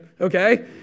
okay